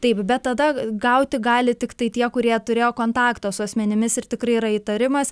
taip bet tada gauti gali tiktai tie kurie turėjo kontaktą su asmenimis ir tikrai yra įtarimas